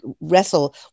wrestle